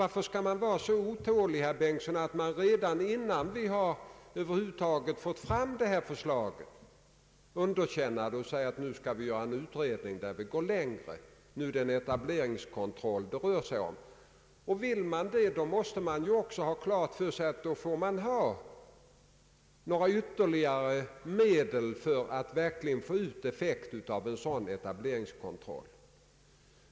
Varför skall man vara så otålig, herr Bengtson, att man redan innan över huvud taget detta försiag framförts underkänner det och säger att det bör ske en utredning som syftar till att gå längre, nämligen till införandet av etableringskontroll? Vill man ha en sådan kontroll skall man också ha klart för sig att det måste finnas ytterligare medel för att vi verkligen skall få ut en effekt av en sådan etableringskontroll.